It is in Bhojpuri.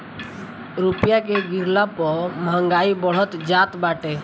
रूपया के गिरला पअ महंगाई बढ़त जात बाटे